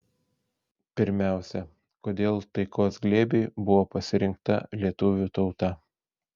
pirmiausia kodėl taikos glėbiui buvo pasirinkta lietuvių tauta